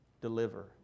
deliver